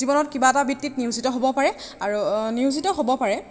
জীৱনত কিবা এটা বৃত্তিত নিয়োজিত হ'ব পাৰে আৰু নিয়োজিত হ'ব পাৰে